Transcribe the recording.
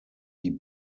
die